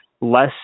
less